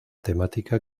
temática